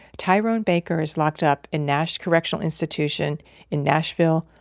tyrone baker is locked up in nash correctional institution in nashville,